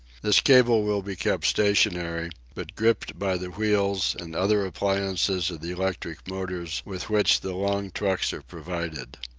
this cable will be kept stationary, but gripped by the wheels and other appliances of the electric motors with which the long trucks are provided.